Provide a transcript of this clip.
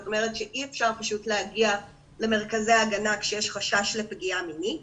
אי אפשר פשוט להגיע למרכזי ההגנה כשיש חשש לפגיעה מינית.